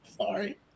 Sorry